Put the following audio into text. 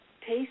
taste